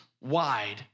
wide